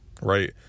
right